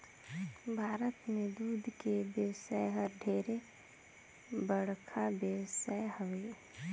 भारत में दूद के बेवसाय हर ढेरे बड़खा बेवसाय हवे